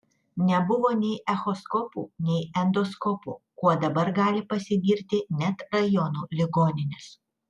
nebuvo nei echoskopų nei endoskopų kuo dabar gali pasigirti net rajonų ligoninės